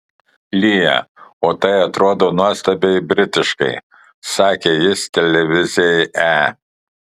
lyja o tai atrodo nuostabiai britiškai sakė jis televizijai e